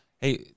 hey